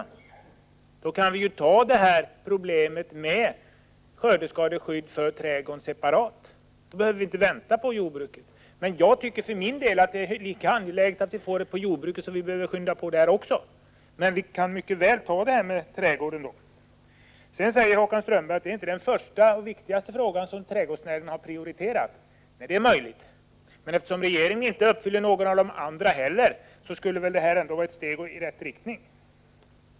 I så fall kan vi ju behandla skördeskadeskydd för trädgårdsnäringen separat. Vi behöver alltså inte vänta på jordbruket. För min del tycker jag att det är lika angeläget när det gäller jordbruket. Så vi bör skynda på även där. Men vi skulle alltså mycket väl kunna klara av problemet med skördeskadeskydd för trädgårdsnäringen. Håkan Strömberg sade att det här inte är ”en första prioriteringsfråga” från trädgårdsnäringens sida, och det är möjligt. Men eftersom regeringen inte uppfyller något av det andra heller, skulle ett beslut härvidlag ändå vara ett steg i rätt riktning.